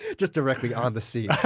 just directly on the seat